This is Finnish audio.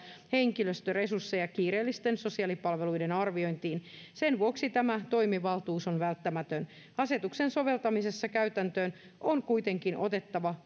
henkilöstöresursseja kiireellisten sosiaalipalveluiden arviointiin sen vuoksi tämä toimivaltuus on välttämätön asetuksen soveltamisessa käytäntöön on kuitenkin otettava